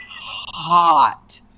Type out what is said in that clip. Hot